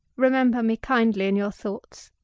remember me kindly in your thoughts.